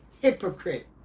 hypocrite